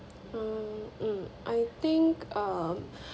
mm mm I think um